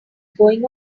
going